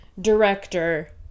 director